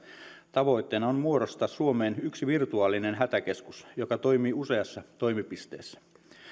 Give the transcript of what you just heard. tavoitteena on muodostaa suomeen yksi virtuaalinen hätäkeskus joka toimii useassa toimipisteessä